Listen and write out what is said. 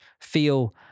feel